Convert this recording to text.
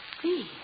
see